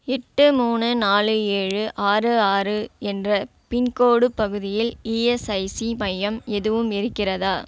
எட்டு மூணு நாலு ஏழு ஆறு ஆறு என்ற பின்கோடு பகுதியில் இஎஸ்ஐசி மையம் எதுவும் இருக்கிறதா